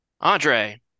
Andre